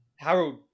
Harold